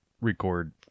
record